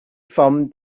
from